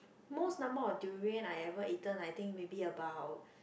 most number of durian I ever eaten I think maybe about